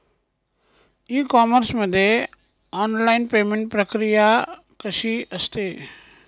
E commerce मध्ये online payment प्रक्रिया कशी असते?